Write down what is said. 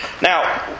Now